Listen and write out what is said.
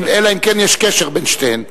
אלא אם כן יש קשר בין שתיהן.